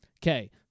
Okay